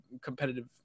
competitive